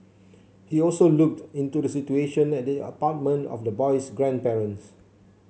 he also looked into the situation at the apartment of the boy's grandparents